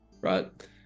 right